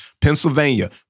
Pennsylvania